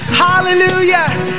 hallelujah